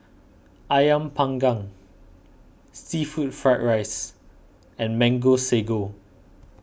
Ayam Panggang Seafood Fried Rice and Mango Sago